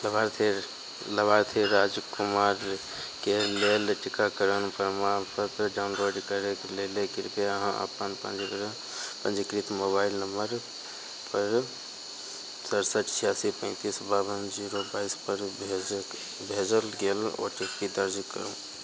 लभार्थी लभार्थी राजकुमारके लेल टीकाकरणके प्रमाणपत्र डाउनलोड करैक लेल कृपया अहाँ अपन पंजीक पंजीकृत मोबाइल नंबर पर सरसठ छियासी पैंतीस बाबन जीरो बाइस पर भेजक भेजल गेल ओ टी पी दर्ज करु